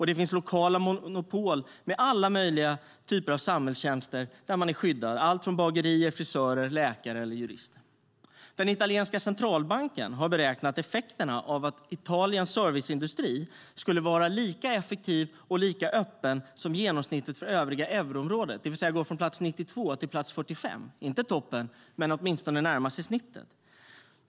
Det finns lokala monopol på alla möjliga samhällstjänster som är skyddade - alltifrån bagerier, frisörer till läkare eller jurister. Den italienska centralbanken har beräknat effekterna om Italiens serviceindustri skulle vara lika effektiv som genomsnittet för övriga euroområdet. Det vill säga att man skulle gå från plats 92 till 45. Det innebär inte att man skulle vara i toppen, men man skulle åtminstone närma sig snittet.